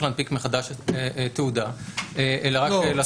להנפיק מחדש תעודה אלא רק לעשות --- לא,